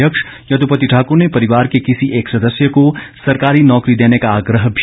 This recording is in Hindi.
अध्यक्ष यदोपति ठाकुर ने परिवार के किसी एक सदस्य को सरकारी नौकारी देने का भी आग्रह किया है